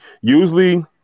usually